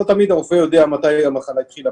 לא תמיד הרופא יודע מתי המחלה התחילה,